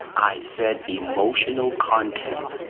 i said, emotional content.